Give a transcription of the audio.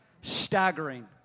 staggering